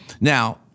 now